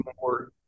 more